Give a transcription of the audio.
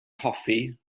hoffi